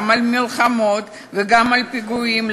גם על מלחמות וגם על פיגועים,